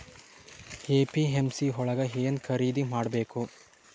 APMC ಯೊಳಗ ಏನ್ ಖರೀದಿದ ಮಾಡ್ಬೇಕು?